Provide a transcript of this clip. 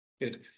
Good